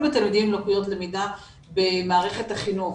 בתלמידים עם לקויות למידה במערכת החינוך.